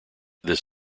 this